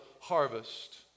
harvest